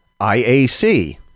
IAC